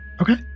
Okay